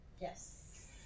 Yes